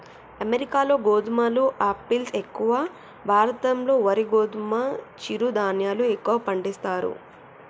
అమెరికాలో గోధుమలు ఆపిల్స్ ఎక్కువ, భారత్ లో వరి గోధుమ చిరు ధాన్యాలు ఎక్కువ పండిస్తారు